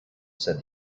said